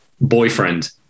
boyfriend